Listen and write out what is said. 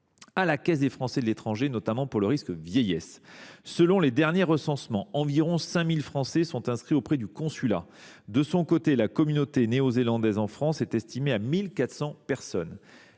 à la Caisse des Français de l’étranger, notamment pour le risque vieillesse. Selon les derniers recensements, environ 5 000 Français sont inscrits auprès du consulat. De son côté, la communauté néo-zélandaise en France est estimée à 1 400 personnes.